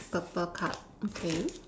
purple card okay